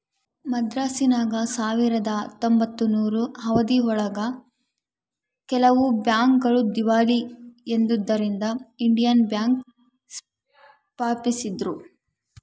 ಮದ್ರಾಸಿನಾಗ ಸಾವಿರದ ಹತ್ತೊಂಬತ್ತನೂರು ಅವಧಿ ಒಳಗ ಕೆಲವು ಬ್ಯಾಂಕ್ ಗಳು ದೀವಾಳಿ ಎದ್ದುದರಿಂದ ಇಂಡಿಯನ್ ಬ್ಯಾಂಕ್ ಸ್ಪಾಪಿಸಿದ್ರು